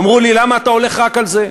אמרו לי: למה אתה הולך רק על זה?